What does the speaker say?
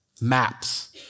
Maps